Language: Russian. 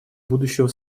будущего